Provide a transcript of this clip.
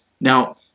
Now